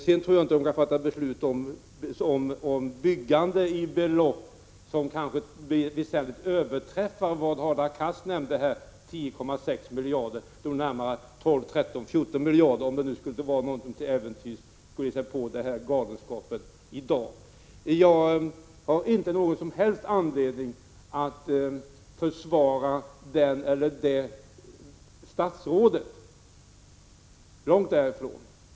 Jag tror däremot inte att de kan fatta beslut om byggande till kostnader som kanske väsentligt överträffar det belopp om 10,6 miljarder som Hadar Cars nämnde. Om det nu skulle vara någon som till äventyrs gav sig på denna galenskap skulle kostnaderna i dag nog komma att uppgå till närmare 12-15 miljarder. Jag har inte någon som helst anledning att försvara ett visst statsråd — långt därifrån.